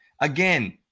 Again